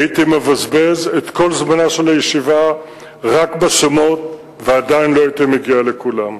הייתי מבזבז את כל זמנה של הישיבה רק בשמות ועדיין לא הייתי מגיע לכולם.